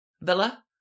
villa